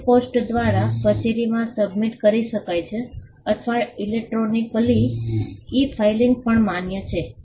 અરજી પોસ્ટ દ્વારા કચેરીમાં સબમિટ કરી શકાય છે અથવા ઇલેક્ટ્રોનિકલી ઇ ફાઇલિંગ પણ માન્ય છે